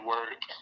work